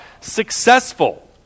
successful